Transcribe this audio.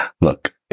Look